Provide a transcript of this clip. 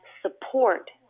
support